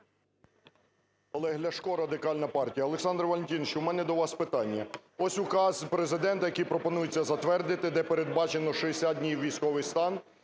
Олег Ляшко, Радикальна партія. Олександр Валентинович, у мене до вас питання. Ось указ Президента, який пропонується затвердити, де передбачено 60 днів військовий стан